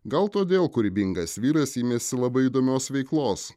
gal todėl kūrybingas vyras imėsi labai įdomios veiklos